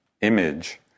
image